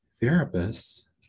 therapist's